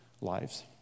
lives